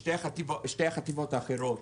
שתי החטיבות האחרות